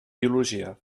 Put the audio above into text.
biologia